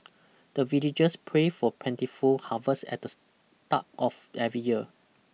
the villagers pray for plentiful harvest at the start of every year